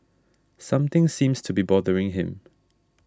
something seems to be bothering him